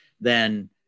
then-